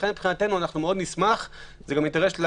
לכן מבחינתנו נשמח מאוד וזה גם אינטרס של